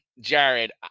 Jared